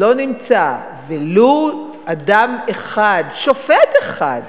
לא נמצא ולו אדם אחד, שופט אחד,